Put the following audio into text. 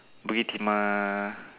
Bukit-Timah